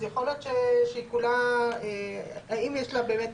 אז יכול להיות שהיא כולה, האם יש לה באמת טעם?